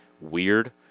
weird